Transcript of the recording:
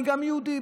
אני גם יהודי,